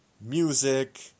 music